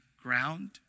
ground